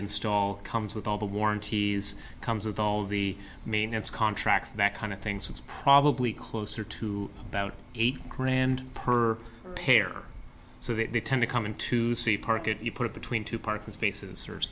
install comes with all the warranties comes with all the maintenance contracts that kind of things it's probably closer to about eight grand per pair so that they tend to come in to see park it you put it between two parking spaces